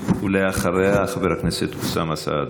ואחריה, חבר הכנסת אוסאמה סעדי.